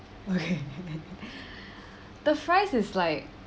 okay the fries is like